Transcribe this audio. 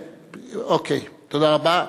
אוקיי, תודה רבה.